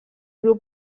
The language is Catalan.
riu